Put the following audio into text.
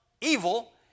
evil